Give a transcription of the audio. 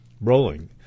rolling